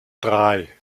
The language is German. drei